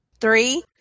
Three